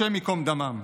השם ייקום דמם.